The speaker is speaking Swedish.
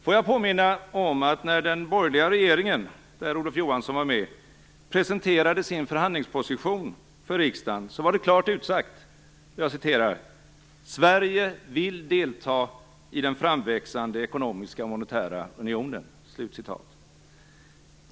Jag vill påminna om att när den borgerliga regeringen - där Olof Johansson ingick - presenterade sin förhandlingsposition utsades det klart att Sverige ville delta i den framväxande ekonomiska och monetära unionen.